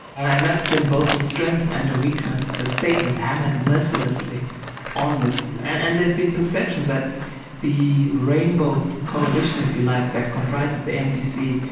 and that's been both a strength and a weakness. the state has hammered mercilessly on this, and and there's been perceptions that the rainbow coalition, if you like, that comprises the mdc,